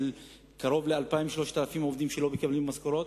קרוב ל-3,000-2,000 עובדים שלא מקבלים משכורות.